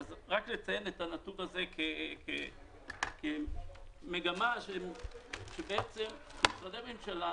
רק לציין את הנתון הזה כמגמה שבעצם משרדי הממשלה,